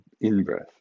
in-breath